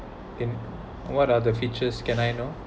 okay what are the features can I know